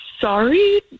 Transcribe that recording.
sorry